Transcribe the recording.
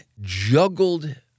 juggled